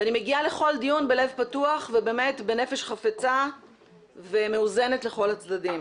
ואני מגיעה לכל דיון בלב פתוח ובאמת בנפש חפצה ומאוזנת לכל הצדדים.